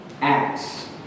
acts